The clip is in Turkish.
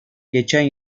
geçen